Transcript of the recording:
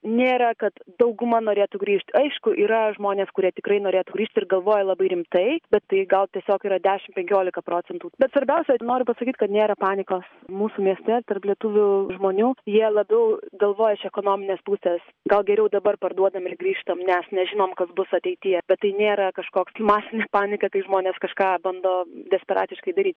nėra kad dauguma norėtų grįžt aišku yra žmonės kurie tikrai norėtų grįžt ir galvoja labai rimtai bet tai gal tiesiog yra dešim penkiolika procentų bet svarbiausia noriu pasakyt kad nėra panikos mūsų mieste tarp lietuvių žmonių jie labiau galvoja iš ekonominės pusės gal geriau dabar parduodam ir grįžtam nes nežinom kas bus ateityje bet tai nėra kažkoks masinė panika kai žmonės kažką bando desperatiškai daryt